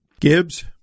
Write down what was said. Gibbs